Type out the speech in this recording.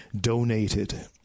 donated